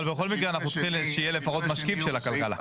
אבל בכל מקרה שיהיה לפחות משקיף של הכלכלה.